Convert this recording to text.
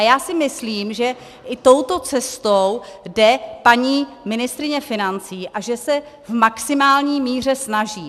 Já si myslím, že i touto cestou jde paní ministryně financí a že se v maximální míře snaží.